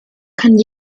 kann